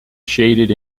shaded